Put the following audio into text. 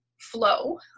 flow